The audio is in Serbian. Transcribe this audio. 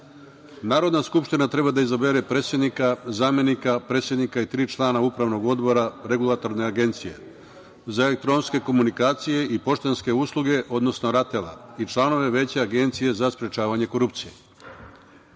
organa. Narodna skupština treba da izabere predsednika, zamenika, predsednika i tri člana Upravnog odbora Regulatorne agencije za elektronske komunikacije i poštanske usluge, odnosno RATEL-a i članove Veća Agencije za sprečavanje